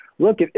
Look